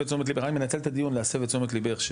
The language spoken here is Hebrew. אני מנצל את הדיון הזה רק להסב את תשומת ליבך,